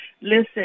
Listen